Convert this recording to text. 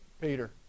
Peter